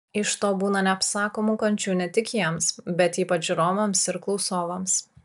iš to būna neapsakomų kančių ne tik jiems bet ypač žiūrovams ir klausovams